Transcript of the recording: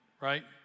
right